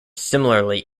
similarly